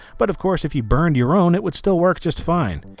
but of course if you burn your own it would still work just fine.